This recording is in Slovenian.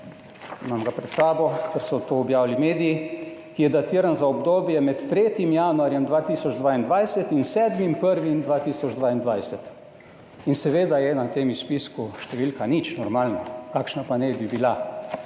imam ga pred sabo, ker so to objavili mediji, ki je datiran za obdobje med 3. januarjem 2022 in 7. 1. 2022 in seveda je na tem spisku številka 0, normalno. Kakšna pa naj bi bila?